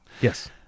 yes